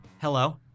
hello